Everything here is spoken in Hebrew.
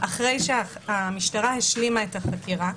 אחרי שהמשטרה השלימה את החקירה,